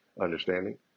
understanding